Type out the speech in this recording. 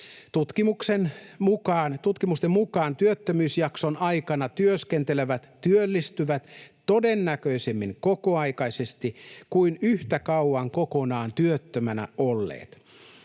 Tutkimusten mukaan työttömyysjakson aikana työskentelevät työllistyvät todennäköisemmin kokoaikaisesti kuin yhtä kauan kokonaan työttömänä olleet.